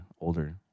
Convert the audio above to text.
Older